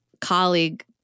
colleague